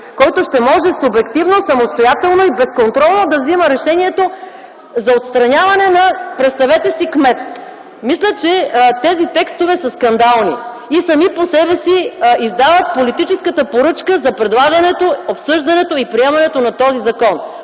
който ще може субективно, самостоятелно и безконтролно да взима решението за отстраняване на, представете си, кмет. Мисля, че тези текстове са скандални и сами по себе си издават политическата поръчка за предлагането, обсъждането и приемането на този закон,